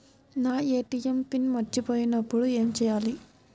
నా ATM PIN మర్చిపోయినప్పుడు ఏమి చేయాలి?